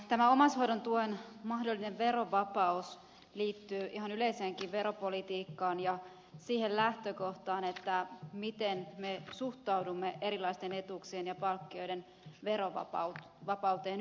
tämä omaishoidon tuen mahdollinen verovapaus liittyy ihan yleiseenkin veropolitiikkaan ja siihen lähtökohtaan miten me suhtaudumme erilaisten etuuksien ja palkkioiden verovapauteen yleensä